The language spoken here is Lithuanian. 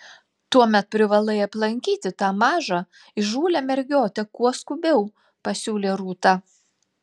tuomet privalai aplankyti tą mažą įžūlią mergiotę kuo skubiau pasiūlė rūta